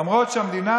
למרות שהמדינה,